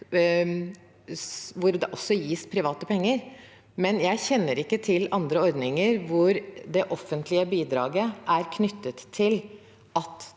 hvor det også gis private penger. Men jeg kjenner ikke til andre ordninger hvor det offentlige bidraget er knyttet til at